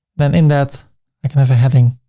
then in that i can have a heading.